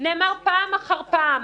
נאמר פעם אחר פעם